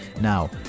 Now